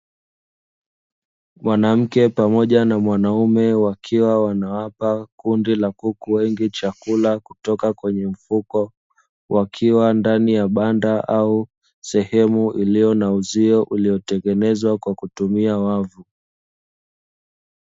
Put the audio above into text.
Mwanamke pamoja na mwanaume wakiwa wanawapa kundi la kuku wengi chakula kutoka kwenye mfuko, wakiwa ndani ya banda au sehemu iliyo na uzio uliotengenezwa kwa kutumia wavu.